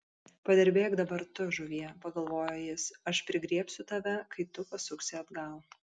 padirbėk dabar tu žuvie pagalvojo jis aš prigriebsiu tave kai tu pasuksi atgal